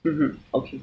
mmhmm okay